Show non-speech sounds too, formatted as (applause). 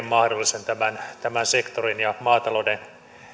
(unintelligible) mahdollisen tämän tämän sektorin ja maatalouden